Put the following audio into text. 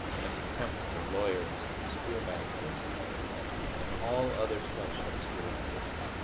and a contempt for lawyers, schoolmasters and all other such obscurantists.